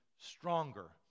stronger